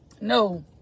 No